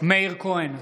מאיר כהן,